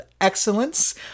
excellence